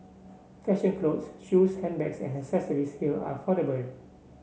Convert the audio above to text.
fashion clothes shoes handbags and accessories here are affordable